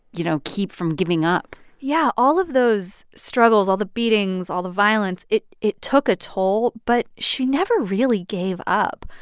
you know, keep from giving up yeah. all of those struggles, all the beatings, all the violence, it it took a toll. but she never really gave up.